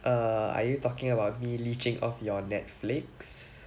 err are you talking about me leeching of your Netflix